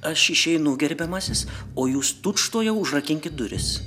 aš išeinu gerbiamasis o jūs tučtuojau užrakinkit duris